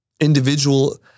individual